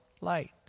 light